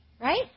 right